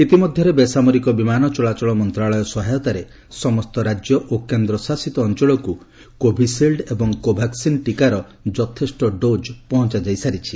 ଇତିମଧ୍ୟରେ ବେସାମରିକ ବିମାନ ଚଳାଚଳ ମନ୍ତାଳୟ ସହାୟତାରେ ସମସ୍ତ ରାଜ୍ୟ ଓ କେନ୍ଦ୍ରଶାସିତ ଅଞ୍ଚଳକୁ କୋଭିସିଲ୍ଡ୍ ଏବଂ କୋଭାକ୍ସିନ୍ ଟିକାର ଯଥେଷ୍ଟ ଡୋଜ୍ ପହଞ୍ଚାଯାଇ ସାରିଛି